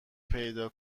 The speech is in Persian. پیدا